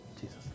Jesus